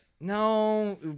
No